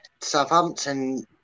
Southampton